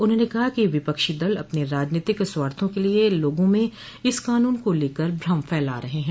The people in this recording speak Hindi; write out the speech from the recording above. उन्होंने कहा कि विपक्षो दल अपने राजनीतिक स्वार्थो के लिए लोगों में इस कानून को लेकर भ्रम फैला रहे हैं